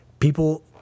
people